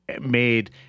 made